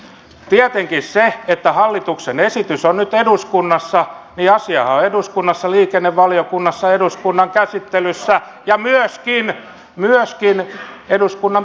tietenkin kun hallituksen esitys on nyt eduskunnassa niin asiahan on eduskunnassa liikennevaliokunnassa käsittelyssä ja myöskin eduskunnan päätettävissä